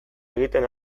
egiten